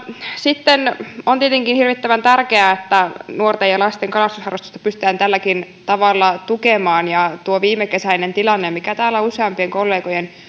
sitten on tietenkin hirvittävän tärkeää että nuorten ja lasten kalastusharrastusta pystytään tälläkin tavalla tukemaan tuo viimekesäinen tilanne tenolla mikä täällä useampien kollegojen